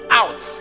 out